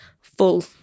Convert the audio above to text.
full